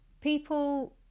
people